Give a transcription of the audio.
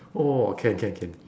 oh can can can